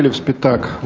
and spitak.